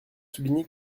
souligner